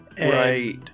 Right